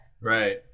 Right